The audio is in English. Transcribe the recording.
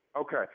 Okay